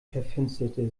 verfinsterte